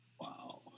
Wow